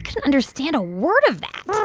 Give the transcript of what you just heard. couldn't understand a word of that.